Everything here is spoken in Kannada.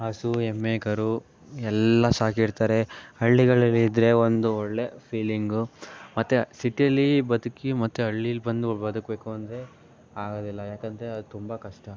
ಹಸು ಎಮ್ಮೆ ಕರು ಎಲ್ಲ ಸಾಕಿರ್ತಾರೆ ಹಳ್ಳಿಗಳಲ್ಲಿದ್ದರೆ ಒಂದು ಒಳ್ಳೆಯ ಫೀಲಿಂಗು ಮತ್ತು ಸಿಟಿಯಲ್ಲಿ ಬದುಕಿ ಮತ್ತೆ ಹಳ್ಳಿಲಿ ಬಂದು ಬದುಕ್ಬೇಕು ಅಂದರೆ ಆಗೋದಿಲ್ಲ ಯಾಕೆಂದರೆ ಅದು ತುಂಬ ಕಷ್ಟ